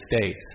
States